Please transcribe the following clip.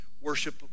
worship